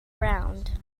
round